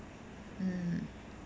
mm